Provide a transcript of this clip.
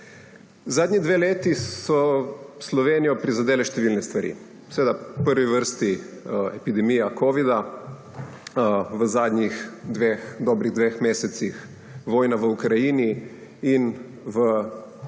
Zadnji 2 leti so Slovenijo prizadele številne stvari, seveda v prvi vrsti epidemija covida, v zadnjih dobrih dveh mesecih vojna v Ukrajini in v vsem